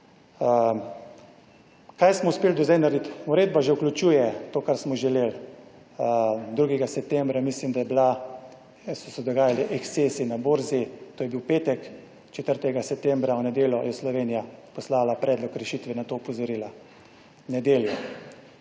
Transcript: Kaj smo uspeli do zdaj narediti? Uredba že vključuje to, kar smo želeli. 2. septembra, mislim da je bila, so se dogajali ekscesi na borzi. To je bil petek. 4. septembra, v nedeljo, je Slovenija poslala predlog rešitve, na to opozorila. V nedeljo.